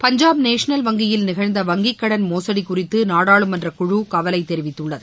Punjab national வங்கியில் நிகழ்ந்த வங்கி கடன் மோசடி குறித்து நாடாளுமன்றக் குழு கவலை தெரிவித்துள்ளது